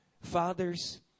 fathers